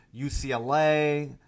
UCLA